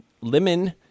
lemon